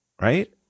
right